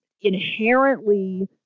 inherently